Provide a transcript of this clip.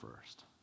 first